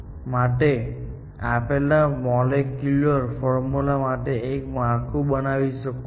માટે તમે આપેલા મોલેક્યુલર ફોર્મ્યુલા માટે એક માળખું બનાવી શકો છો